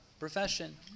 profession